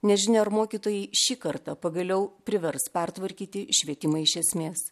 nežinia ar mokytojai šį kartą pagaliau privers pertvarkyti švietimą iš esmės